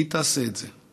היא תעשה את זה.